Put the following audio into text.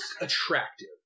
attractive